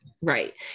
Right